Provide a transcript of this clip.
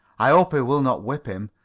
i hope he will not whip him.